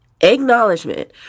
acknowledgement